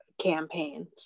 campaigns